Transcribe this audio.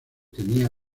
tenía